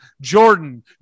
Jordan